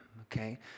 okay